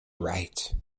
right